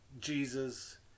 Jesus